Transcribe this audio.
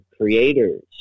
creators